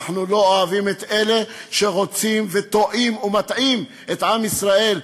אנחנו לא אוהבים את אלה שרוצים וטועים ומטעים את עם ישראל,